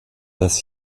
das